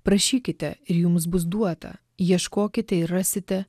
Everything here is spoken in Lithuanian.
prašykite ir jums bus duota ieškokite ir rasite